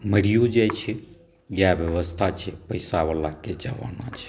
Mario जाइ छै इएह बेबस्था छै पैसावलाके जमाना छै